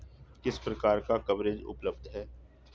किस प्रकार का कवरेज उपलब्ध है?